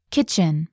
Kitchen